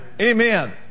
Amen